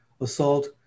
assault